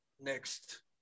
next